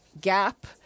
Gap